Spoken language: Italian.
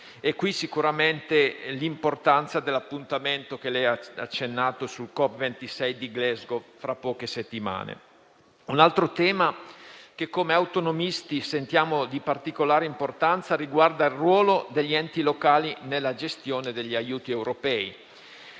Ciò rimarca l'importanza dell'appuntamento, cui lei ha accennato, della COP26 a Glasgow fra poche settimane. Un altro tema che come autonomisti sentiamo di particolare importanza riguarda il ruolo degli enti locali nella gestione degli aiuti europei.